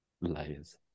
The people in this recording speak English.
Layers